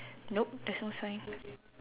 nope there's no sign